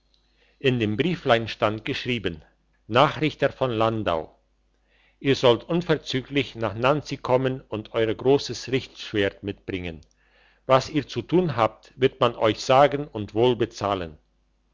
in dem brieflein stand geschrieben nachrichter von landau ihr sollt unverzüglich nach nanzig kommen und euer grosses richtschwert mitbringen was ihr zu tun habt wird man euch sagen und wohl bezahlen